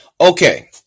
Okay